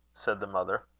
said the mother.